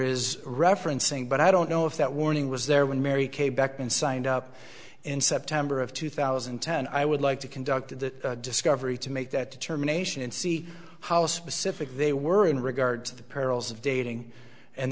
is referencing but i don't know if that warning was there when mary came back and signed up in september of two thousand and ten i would like to conduct the discovery to make that determination and see how specific they were in regard to the perils of dating and